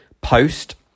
post